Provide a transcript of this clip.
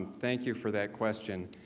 thank you for that question.